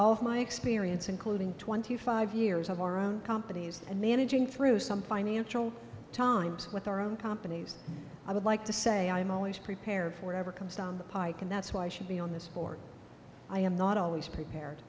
all of my experience including twenty five years of our own companies and managing through some financial times with our own companies i would like to say i am always prepared for ever comes down the pike and that's why i should be on this board i am not always prepared